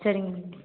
சரிங்க மேம்